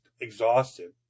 exhausted